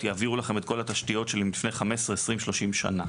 יעבירו לכם את כל התשתיות מלפני 15 ו-20 שנה.